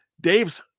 Dave's